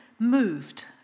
Moved